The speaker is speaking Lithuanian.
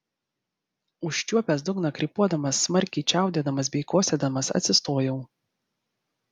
užčiuopęs dugną krypuodamas smarkiai čiaudėdamas bei kosėdamas atsistojau